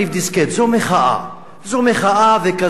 זו מחאה, וכזאת היא.